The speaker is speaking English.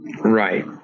Right